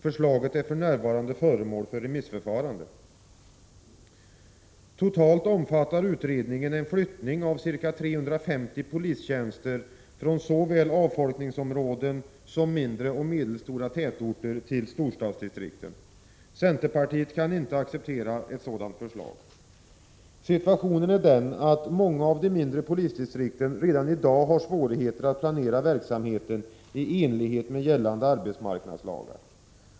Förslaget är för närvarande föremål för remissförfarande. Totalt omfattar utredningen en flyttning till storstadsdistrikten av ca 350 polistjänster från såväl avfolkningsområden som mindre och medelstora tätorter. Centerpartiet kan inte acceptera ett sådant förslag. Situationen är den att många av de mindre polisdistrikten redan i dag har svårigheter när det gäller att planera verksamheten i enlighet med gällande arbetsmarknadslagar.